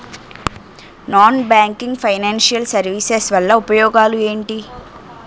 Non banking financial services వల్ల ఉపయోగాలు ఎంటి?